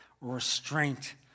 Restraint